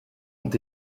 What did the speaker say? ont